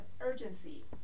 urgency